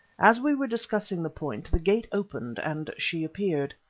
as we were discussing the point, the gate opened and she appeared.